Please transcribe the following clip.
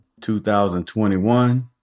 2021